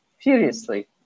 furiously